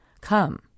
come